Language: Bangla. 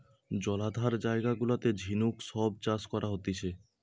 জলাধার জায়গা গুলাতে ঝিনুক সব চাষ করা হতিছে